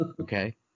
okay